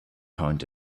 point